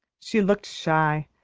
she looked shy,